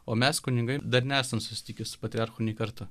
o mes kunigai dar nesam susitikę su patriarchu nei karto